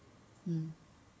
mm